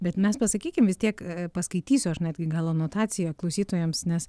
bet mes pasakykim vis tiek paskaitysiu aš netgi gal anotaciją klausytojams nes